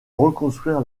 reconstruire